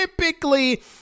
typically